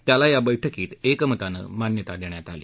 त्याला या बैठकीत एकमतानं मान्यता देण्यात आली